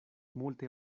multe